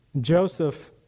Joseph